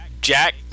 Jack